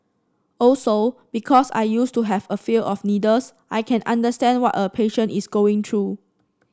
also because I used to have a fear of needles I can understand what a patient is going through